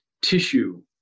tissue